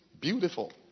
beautiful